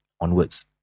onwards